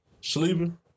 Sleeping